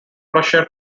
prussia